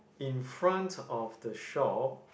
in front of the shop